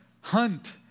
hunt